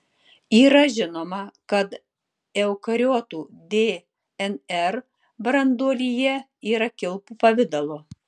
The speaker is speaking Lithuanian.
yra žinoma kad eukariotų dnr branduolyje yra kilpų pavidalo